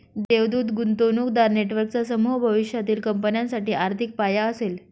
देवदूत गुंतवणूकदार नेटवर्कचा समूह भविष्यातील कंपन्यांसाठी आर्थिक पाया असेल